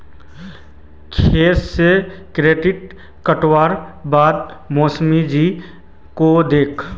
खेत से केतारी काटवार बाद मोसी जी को दे दे